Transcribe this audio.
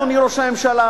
אדוני ראש הממשלה,